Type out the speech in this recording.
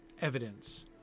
evidence